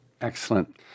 Excellent